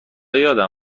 یادم